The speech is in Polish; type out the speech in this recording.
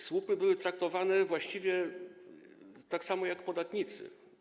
Słupy były traktowane właściwie tak samo jak podatnicy.